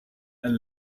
and